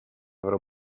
avrò